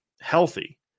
healthy